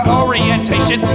orientation